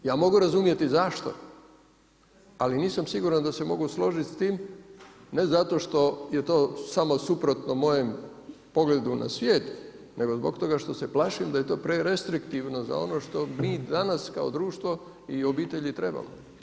Ja mogu razumjeti zašto, ali nisam siguran da se mogu složit s tim ne zato što je to samo suprotno mojem pogledu na svijet, nego zbog toga jer se plašim da je to prerestriktivno za ono što mi danas kao društvo i obitelji trebamo.